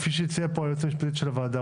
כפי שהציעה פה היועצת המשפטית של הוועדה.